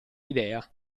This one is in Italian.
idea